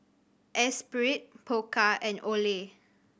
Espirit Pokka and Olay